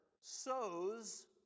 sows